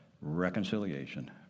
reconciliation